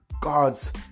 God's